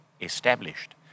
established